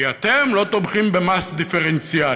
כי אתם לא תומכים במס דיפרנציאלי,